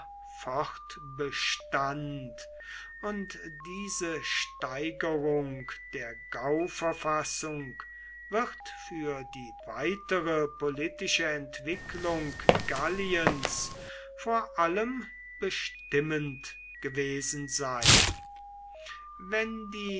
fortbestand und diese steigerung der gauverfassung wird für die weitere politische entwicklung galliens vor allem bestimmend gewesen sein wenn die